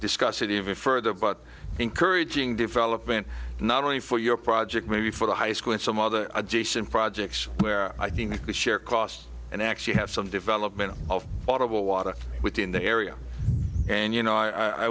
discuss it even further but encouraging development not only for your project maybe for the high school and some other adjacent projects where i think we share costs and actually have some development of audible water within the area and you know i